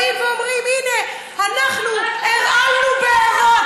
באים ואומרים: הינה, אנחנו הרעלנו בארות.